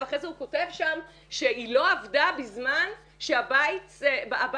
ואחרי זה הוא כותב שם שהיא לא עבדה בזמן שהבית שופץ.